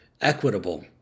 equitable